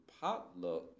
potluck